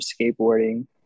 skateboarding